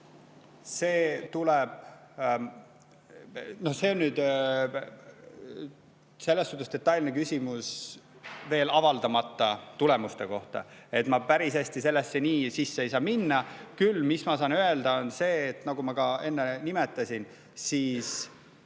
tulemuse. No see on nüüd selles suhtes detailne küsimus veel avaldamata tulemuste kohta. Ma päris hästi sellesse nii sisse ei saa minna. Küll ma saan öelda seda, et nagu ma ka enne nimetasin, need